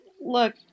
Look